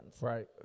Right